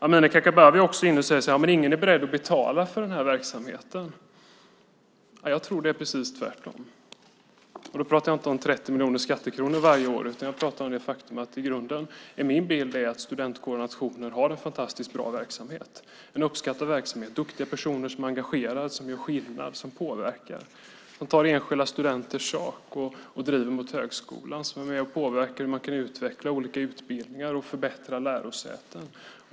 Amineh Kakabaveh säger också att ingen är beredd att betala för verksamheten. Jag tror att det är precis tvärtom. Då pratar jag inte om 30 miljoner skattekronor varje år, utan om det faktum att min bild i grunden är att studentkårer och nationer har en fantastiskt bra och uppskattad verksamhet med duktiga personer som är engagerade, som gör skillnad och påverkar, som tar enskilda studenters sak och driver mot högskolan och som är med och påverkar hur man kan utveckla olika utbildningar och förbättra lärosäten.